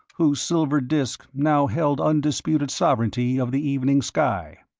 whose silver disk now held undisputed sovereignty of the evening sky.